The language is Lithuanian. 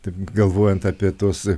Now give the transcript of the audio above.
taip galvojant apie tuos